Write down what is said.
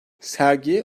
sergi